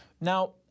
Now